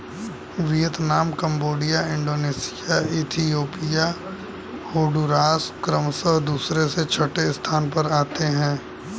Vietnam Cambodia Indonesia Ethiopia Honduras क्रमशः दूसरे से छठे स्थान पर आते हैं